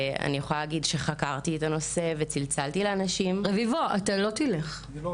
חקרתי את הנושא, דברתי עם